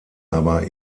aber